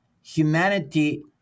humanity